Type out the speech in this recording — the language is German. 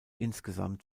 insgesamt